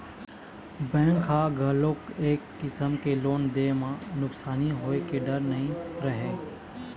bank ह घलोक ए किसम के लोन दे म नुकसानी होए के डर नइ रहय